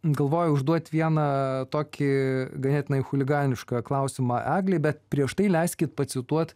galvoju užduot vieną tokį ganėtinai chuliganišką klausimą eglei bet prieš tai leiskit pacituot